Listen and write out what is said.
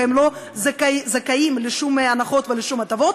לא זכאים לשום הנחות ולשום הטבות.